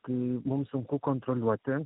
kai mum sunku kontroliuoti